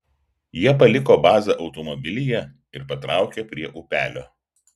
jie paliko bazą automobilyje ir patraukė prie upelio